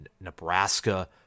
Nebraska